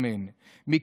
אמן.